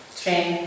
train